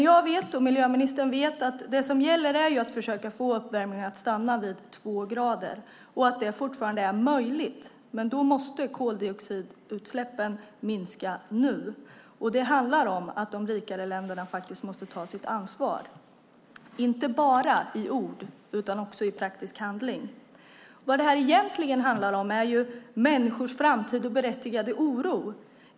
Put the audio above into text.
Jag och miljöministern vet att det som gäller är att försöka få uppvärmningen vid två grader och att det fortfarande är möjligt. Men då måste koldioxidutsläppen minska nu. Det handlar om att de rika länderna måste ta sitt ansvar inte bara i ord utan också i praktisk handling. Vad det egentligen handlar om är människors framtid och berättigade oro.